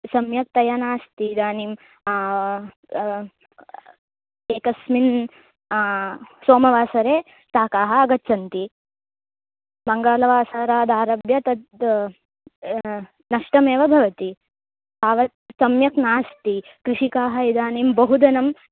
सम्यक्तया नास्ति इदानीम् एकस्मिन् सोमवासरे शाकाः आगच्छन्ति मङ्गलवासरादारभ्य तत् नष्टमेव भवति तावत् सम्यक् नास्ति कृषिकाः इदानीं बहुधनम्